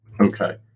Okay